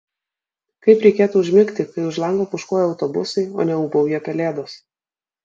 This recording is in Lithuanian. kaip reikėtų užmigti kai už lango pūškuoja autobusai o ne ūbauja pelėdos